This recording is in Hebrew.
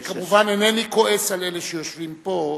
וכמובן, אינני כועס על אלה שיושבים פה.